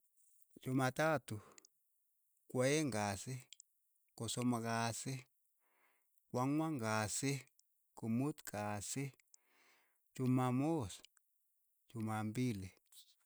Chumatatu, kwaeng' kasi, kosomok kasi, kwang'wan kasi, komut kasi, chumamos, chuma mbili.